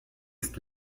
ist